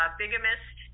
bigamist